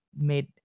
made